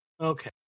Okay